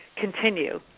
continue